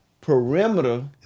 perimeter